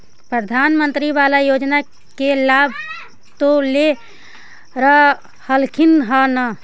प्रधानमंत्री बाला योजना के लाभ तो ले रहल्खिन ह न?